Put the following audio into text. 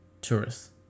tourists